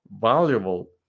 Valuable